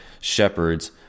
shepherds